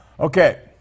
Okay